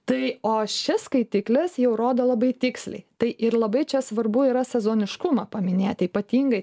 tai o šis skaitiklis jau rodo labai tiksliai tai ir labai čia svarbu yra sezoniškumą paminėti ypatingai